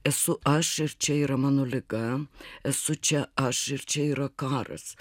esu aš ir čia yra mano liga esu čia aš ir čia yra karas